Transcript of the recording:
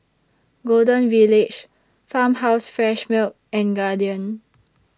Golden Village Farmhouse Fresh Milk and Guardian